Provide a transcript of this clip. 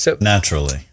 naturally